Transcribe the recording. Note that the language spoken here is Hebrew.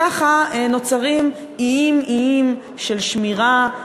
ככה נוצרים איים: איים של שמירה,